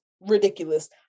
ridiculous